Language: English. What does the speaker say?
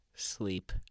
Sleep